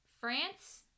France